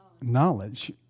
knowledge